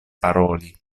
paroli